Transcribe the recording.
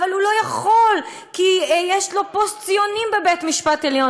אבל הוא לא יכול כי יש לו פוסט-ציונים בבית-המשפט העליון.